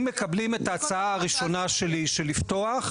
אם מקבלים את ההצעה הראשונה שלי לפתוח,